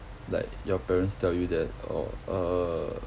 like your parents tell you that oh err